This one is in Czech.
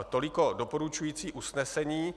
Tolik doporučující usnesení.